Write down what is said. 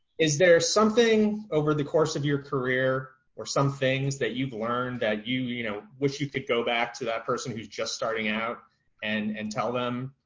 is there something over the course of your career or some things that you've learned that you you know, wish you could go back to that person who's just starting out and and tell them?